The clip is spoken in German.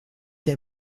der